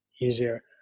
easier